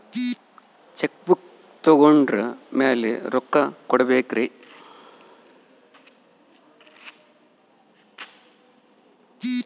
Check book ತೊಗೊಂಡ್ರ ಮ್ಯಾಲೆ ರೊಕ್ಕ ಕೊಡಬೇಕರಿ?